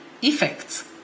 effects